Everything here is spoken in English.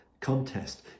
contest